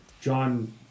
John